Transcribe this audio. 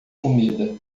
comida